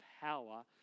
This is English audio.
power